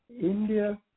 India